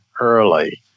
early